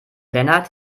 lennart